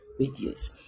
videos